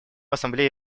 ассамблея